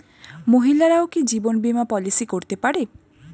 মহিলারাও কি জীবন বীমা পলিসি করতে পারে?